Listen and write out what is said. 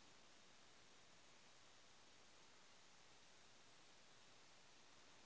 पत्ता लार मुरझे जवार की